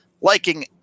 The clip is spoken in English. liking